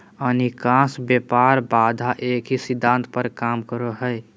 अधिकांश व्यापार बाधा एक ही सिद्धांत पर काम करो हइ